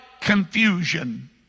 confusion